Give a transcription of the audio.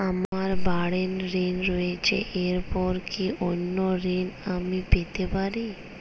আমার বাড়ীর ঋণ রয়েছে এরপর কি অন্য ঋণ আমি পেতে পারি?